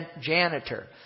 janitor